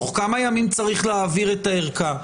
תוך כמה ימים צריך להעביר את הערכה?